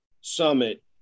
Summit